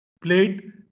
played